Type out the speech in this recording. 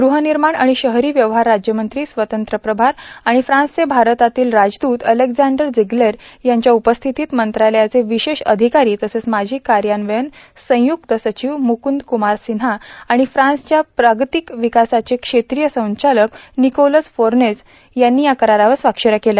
गृहर्हानमाण आर्गण शहरो व्यवहार राज्यमंत्री स्वतंत्र प्रभार आर्गण फ्रान्सचे भारतातील राजदूत अलेक्झांडर र्षझग्लेर यांच्या उपस्थितीत मंत्रालयाचे र्विशेष र्आधकारां तसेच माजी कायान्वय संयुक्त र्साचव मुकुंद कुमार र्ासन्हा आण फान्सच्या प्रगतीक र्वकासाचे क्षेत्रीय संचालक र्वनकोलस फोनज यांनी या करारावर स्वाक्षऱ्या केल्या